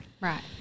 Right